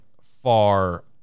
far